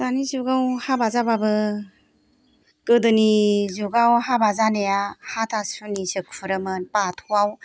दानि जुगाव हाबा जाबाबो गोदोनि जुगाव हाबा जानाया हाथा सुनिसो खुरोमोन बाथौआव